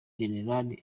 general